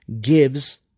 gives